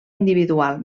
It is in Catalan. individual